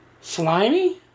slimy